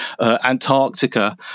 Antarctica